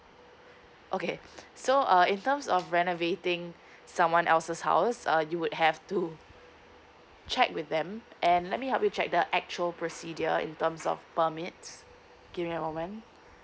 okay so uh in terms of renovating someone else's house uh you would have to check with them and let me help you check the actual procedure in terms of permits give me a moment